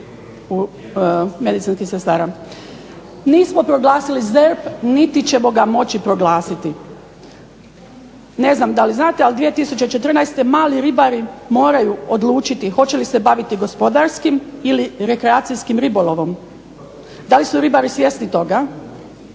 medicinskih sestara. Nismo proglasili ZERP niti ćemo ga moći proglasiti. Ne znam da li znate ali 2014. mali ribari moraju odlučiti hoće li se baviti gospodarskim ili rekreacijskim ribolovom. Da li su ribari svjesni toga